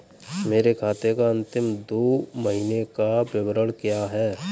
मेरे खाते का अंतिम दो महीने का विवरण क्या है?